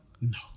No